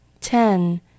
Ten